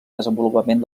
desenvolupament